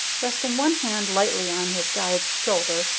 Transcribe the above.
resting one hand lightly on his guide's shoulder,